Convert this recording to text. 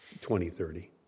2030